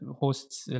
Hosts